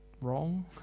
wrong